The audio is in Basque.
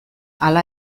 hala